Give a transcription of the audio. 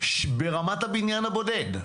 ברמת הבניין הבודד,